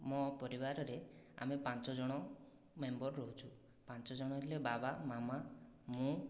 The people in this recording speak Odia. ମୋ' ପରିବାରରେ ଆମେ ପାଞ୍ଚ ଜଣ ମେମ୍ବର ରହୁଛୁ ପାଞ୍ଚ ଜଣ ହେଲେ ବାବା ମାମା ମୁଁ